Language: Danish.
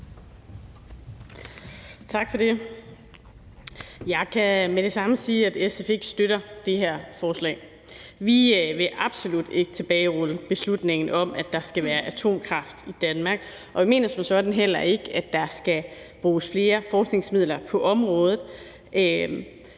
Tak for det. Jeg kan med det samme sige, at SF ikke støtter det her forslag. Vi vil absolut ikke tilbagerulle beslutningen om, at der ikke skal være atomkraft i Danmark, og vi mener som sådan heller ikke, at der skal bruges flere forskningsmidler på området.